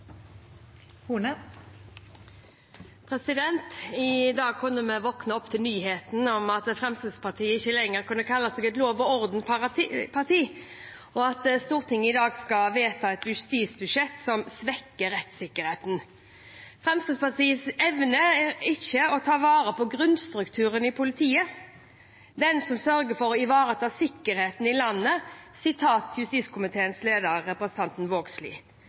sammen. I dag kunne vi våkne opp til nyheten om at Fremskrittspartiet ikke lenger kunne kalle seg «lov-og-orden-partiet», og at Stortinget i dag skal vedta et justisbudsjett som svekker rettssikkerheten. Fremskrittspartiet «evner ikke å ta vare på grunnstrukturen i politiet. Det er den som sørger for å ivareta sikkerheten her i landet», sa justiskomiteens leder, representanten Vågslid,